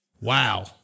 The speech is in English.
Wow